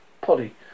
Polly